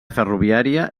ferroviària